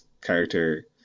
character